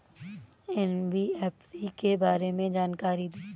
NBFC के बारे में जानकारी दें?